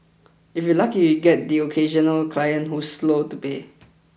if you're lucky you'll get the occasional client who's slow to pay